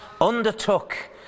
undertook